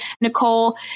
Nicole